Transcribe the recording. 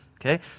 Okay